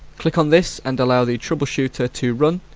click on this and allow the trouble-shooter to run.